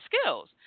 skills